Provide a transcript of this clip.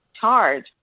charge